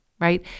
right